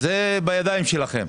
זה בידיים שלכם.